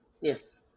yes